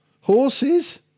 Horses